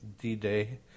D-Day